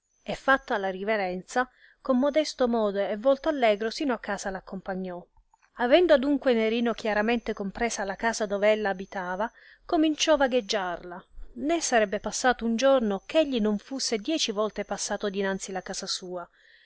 e fattale riverenza con modesto modo e volto allegro sino a casa l'accompagnò avendo adunque nerino chiaramente compresa la casa dove ella abitava cominciò vagheggiarla né sarebbe passato un giorno eh egli non fusse dieci volte passato dinanzi la casa sua